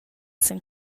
sin